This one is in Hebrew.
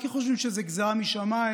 כי חושבים שזו גזרה משמיים,